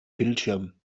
bildschirm